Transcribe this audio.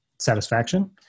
satisfaction